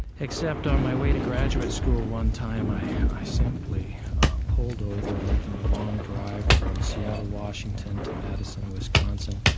except on my way to graduate school one time, i i simply pulled over making the long drive from seattle, washington, to madison, wisconsin,